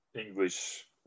English